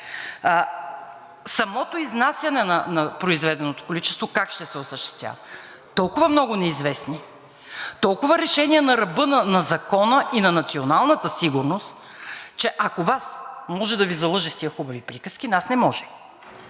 Самото изнасяне на произведеното количество как ще се осъществява? Толкова много неизвестни, толкова решения на ръба на Закона и на националната сигурност, че ако Вас може да Ви залъже с тези хубави приказки, нас не може.